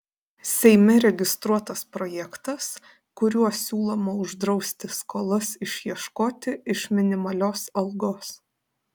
seime registruotas projektas kuriuo siūloma uždrausti skolas išieškoti iš minimalios algos